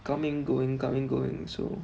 coming going coming going so